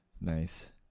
nice